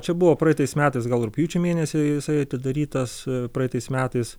čia buvo praeitais metais gal rugpjūčio mėnesį jisai atidarytas praeitais metais